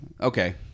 Okay